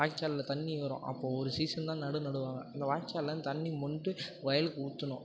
வாய்க்காலில் தண்ணி வரும் அப்போது ஒரு சீசன் தான் நடவு நடுவாங்க அந்த வாய்க்காலில் அந்த தண்ணி மொண்டு வயலுக்கு ஊற்றணும்